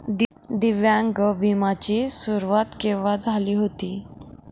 दिव्यांग विम्या ची सुरुवात केव्हा झाली होती?